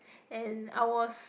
and I was